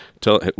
tell